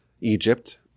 Egypt